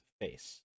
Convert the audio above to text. face